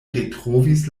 retrovis